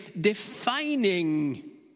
defining